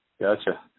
Gotcha